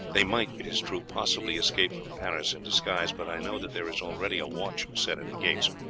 they might, it is true, possibly escape from paris in disguise, but i know that there is already a watch set at the gates.